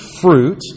fruit